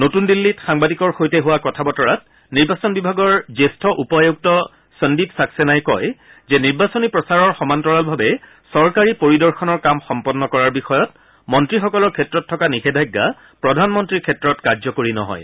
নতুন দিল্লীত সাংবাদিকৰ সৈতে হোৱা কথা বতৰাত নিৰ্বাচন বিভাগৰ জ্যেষ্ঠ উপ আয়ুক্ত সন্দীপ ছাঙ্গেনাই কয় নিৰ্বাচনী প্ৰচাৰৰ সমান্তৰালভাবে চৰকাৰী পৰিদৰ্শনৰ কাম সম্পন্ন কৰাৰ বিষয়ত মন্ত্ৰীসকলৰ ক্ষেত্ৰত থকা নিষেধাজ্ঞা প্ৰধানমন্ত্ৰীৰ ক্ষেত্ৰত কাৰ্যকৰী নহয়